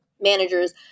managers